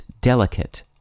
delicate